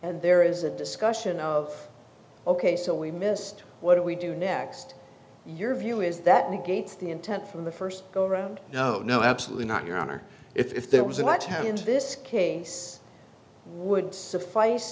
and there is a discussion of ok so we missed what do we do next your view is that negates the intent from the first go round no no absolutely not your honor if there was a lot happened this case would suffice